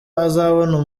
azabona